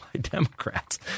Democrats